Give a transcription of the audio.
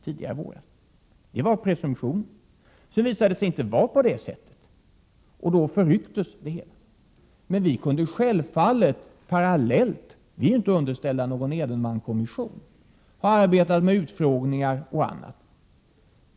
Så visade det sig inte vara på det sättet, och då förrycktes planläggningen. Men vi är inte underställda någon Edenmankommission — vi kunde självfallet ha arbetat med utfrågningar och annat parallellt.